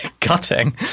Cutting